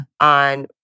on